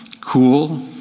cool